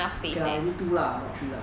okay lah maybe two lah not three right